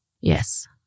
Yes